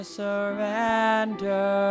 surrender